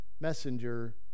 Messenger